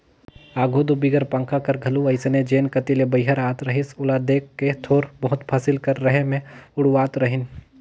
आघु दो बिगर पंखा कर घलो अइसने जेन कती ले बईहर आत रहिस ओला देख के थोर बहुत फसिल कर रहें मे उड़वात रहिन